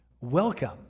Welcome